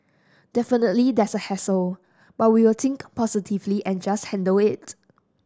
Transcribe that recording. definitely there's a hassle but we will think positively and just handle it